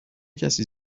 کسی